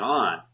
on